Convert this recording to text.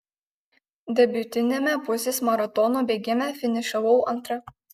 debiutiniame pusės maratono bėgime finišavau antra